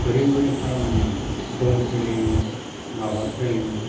बोरै बोरै खालामोमोन दम खालायोमोन माबा खालायोमोन